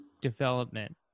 development